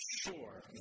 Sure